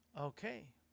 Okay